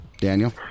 Daniel